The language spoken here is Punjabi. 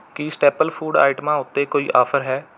ਕੀ ਸਟੇਪਲ ਫੂਡ ਆਈਟਮਾਂ ਉੱਤੇ ਕੋਈ ਆਫਰ ਹੈ